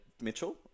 Mitchell